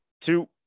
two